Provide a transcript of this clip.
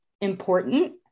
important